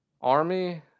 army